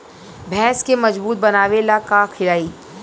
भैंस के मजबूत बनावे ला का खिलाई?